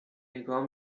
نگاه